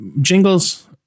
jingles